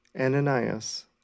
Ananias